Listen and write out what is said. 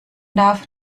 darf